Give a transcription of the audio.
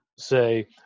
say